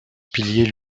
pilier